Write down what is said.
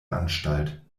anstalt